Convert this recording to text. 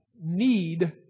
need